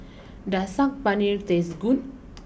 does Saag Paneer taste good